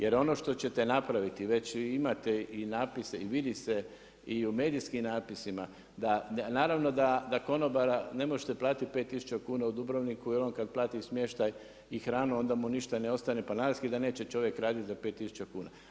Jer ono što ćete napraviti, već imate i napise i vidi se i u medijskim napisima, naravno da konobara ne možete platiti pet tisuća kuna u Dubrovniku jel on kada plati smještaj i hranu onda mu ništa ne ostane, pa naravski da neće čovjek raditi za pet tisuća kuna.